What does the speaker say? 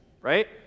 Right